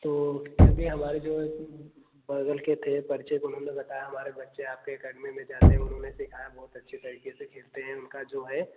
तो क्योंकि हमारे जो बगल के थे परिचय उन्होंने बताया हमारे बच्चे आपके एकेडमी में जाते हैं उन्होंने सिखाया बहुत अच्छी तरीके से खेलते है उनका जो है